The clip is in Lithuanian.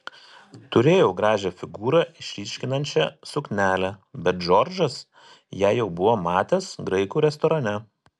turėjau gražią figūrą išryškinančią suknelę bet džordžas ją jau buvo matęs graikų restorane